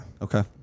Okay